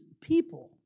people